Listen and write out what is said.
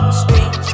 street